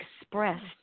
expressed